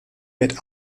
mit